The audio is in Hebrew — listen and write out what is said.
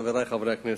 חברי חברי הכנסת,